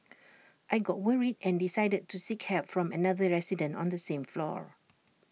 I got worried and decided to seek help from another resident on the same floor